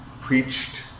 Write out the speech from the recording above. preached